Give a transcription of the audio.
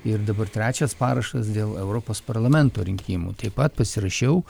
ir dabar trečias parašas dėl europos parlamento rinkimų taip pat pasirašiau